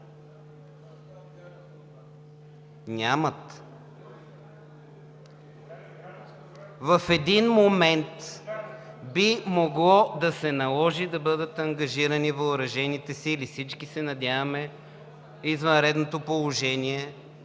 Нямат! В един момент би могло да се наложи да бъдат ангажирани въоръжените сили. Всички се надяваме извънредното положение